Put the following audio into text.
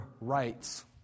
rights